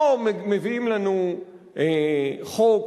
לא מביאים לנו חוק,